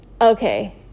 okay